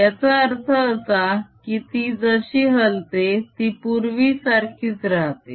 याचा अर्थ असा की ती जशी हलते ती पूर्वीसारखीच राहते